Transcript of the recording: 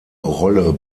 rolle